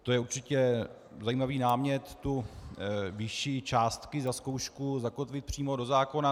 To je určitě zajímavý námět výši částky za zkoušku zakotvit přímo do zákona.